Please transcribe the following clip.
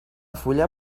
fulla